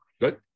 Good